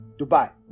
Dubai